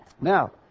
Now